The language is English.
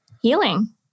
healing